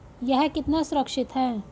यह कितना सुरक्षित है?